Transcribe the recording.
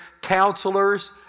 counselors